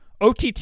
OTT